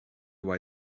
why